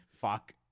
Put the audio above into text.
Fuck